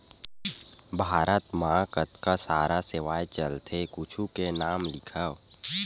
भारत मा कतका सारा सेवाएं चलथे कुछु के नाम लिखव?